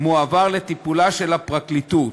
מועבר לטיפולה של הפרקליטות.